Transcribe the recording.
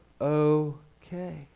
okay